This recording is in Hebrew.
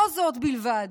לא זו בלבד